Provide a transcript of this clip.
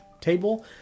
table